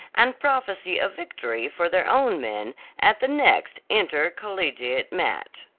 and prophesy a victory for their own men at the next intercollegiate match.